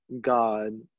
God